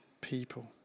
people